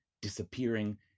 disappearing